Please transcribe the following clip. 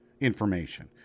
information